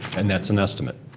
and that's an estimate?